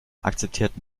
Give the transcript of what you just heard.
akzeptierten